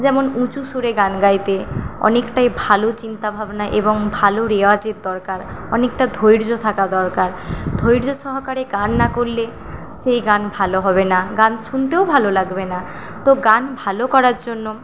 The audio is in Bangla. যেমন উঁচু সুরে গান গাইতে অনেকটাই ভালো চিন্তাভাবনা এবং ভালো রেওয়াজের দরকার অনেকটা ধৈর্য থাকা দরকার ধৈর্য সহকারে গান না করলে সেই গান ভালো হবে না গান শুনতেও ভালো লাগবে না তো গান ভালো করার জন্য